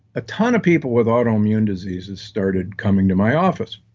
a ton of people with autoimmune diseases started coming to my office.